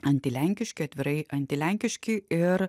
antilenkiški atvirai antilenkiški ir